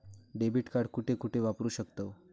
Debit card कुठे कुठे वापरू शकतव?